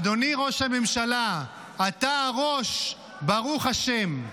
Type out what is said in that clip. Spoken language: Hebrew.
אדוני ראש הממשלה, אתה הראש, ברוך השם.